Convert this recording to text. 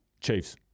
Chiefs